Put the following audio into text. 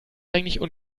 eigentlich